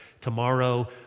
tomorrow